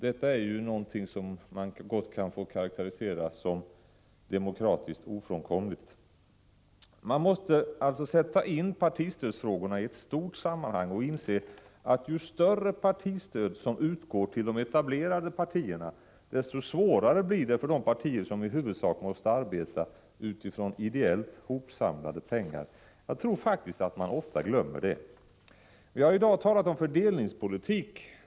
Detta kan gott karakteriseras som demokratiskt ofrånkomligt. Man måste alltså sätta in partistödsfrågorna i ett stort sammanhang och inse att ju större partistöd som utgår till de etablerade partierna, desto svårare blir det för de partier som i huvudsak måste arbeta med ideellt hopsamlade pengar. Jag tror faktiskt att man ofta glömmer bort detta. Vi har i dag talat om fördelningspolitik.